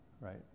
right